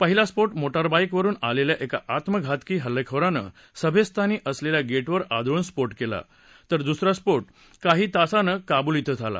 पहिला स्फोट मोटारबाकि वरून आलेल्या एका आत्मघातकी हल्लेखोरानं सभेस्थानी असलेल्या गेटवर आदळून स्फोट केला तर दुसरा स्फोट काही तासानं काबुल िक्व झाला